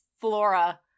flora